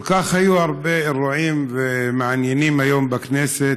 היו כל כך הרבה אירועים מעניינים היום בכנסת: